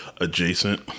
adjacent